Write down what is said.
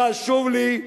חשוב לי,